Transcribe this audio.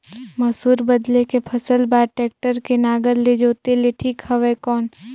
मसूर बदले के फसल बार टेक्टर के नागर ले जोते ले ठीक हवय कौन?